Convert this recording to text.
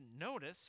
notice